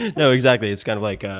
no, exactly, it's kind of like, ah